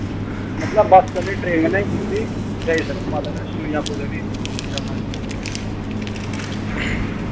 मतलब बस कन्नै ट्रेन कन्नै ईजली जाई सकदा माता वैश्णो जां कुतै बी जाना होऐ